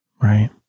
Right